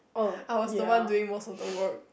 I was the one doing most of the work